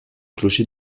clocher